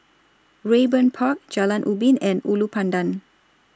Raeburn Park Jalan Ubin and Ulu Pandan